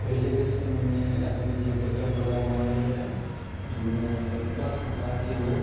पहिलेके समयमे आदमीके बटनवला मोबाइल रहै जाहिमे बस बात ही होइ